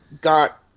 Got